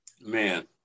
Man